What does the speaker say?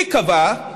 היא קבעה,